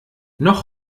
noch